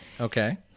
Okay